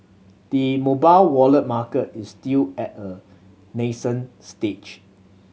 the mobile wallet market is still at a nascent stage